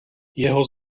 jeho